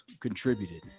contributed